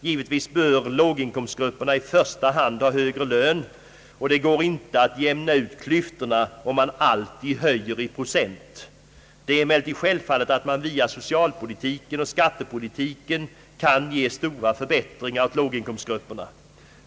Givetvis bör låginkomstgrupperna i första hand ha högre lön, och det går inte att jämna ut klyftorna, om man alltid höjer i procent. Det är emellertid självfallet att man via socialpolitiken och skattepolitiken kan ge stora förbättringar åt låginkomstgrupperna.